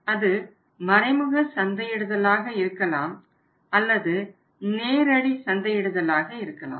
அது மறைமுக சந்தையிடுதலாக இருக்கலாம் அல்லது நேரடி சந்தையிடுதலாக இருக்கலாம்